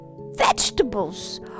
vegetables